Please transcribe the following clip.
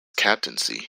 captaincy